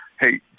Hey